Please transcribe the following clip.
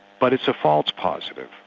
but it's a false positive.